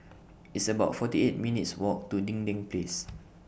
It's about forty eight minutes' Walk to Dinding Place